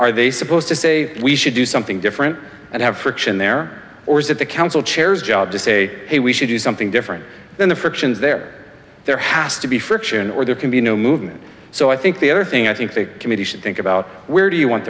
are they supposed to say we should do something different and have friction there or is it the council chairs job to say hey we should do something different then the friction is there there has to be friction or there can be no movement so i think the other thing i think the committee should think about where do you want